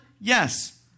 Yes